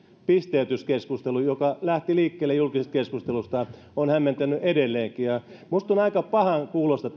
pisteytyskeskustelu joka lähti liikkeelle julkisesta keskustelusta on hämmentänyt edelleenkin ja minusta on aika pahankuuloista